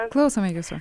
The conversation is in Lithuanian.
klausome jūsų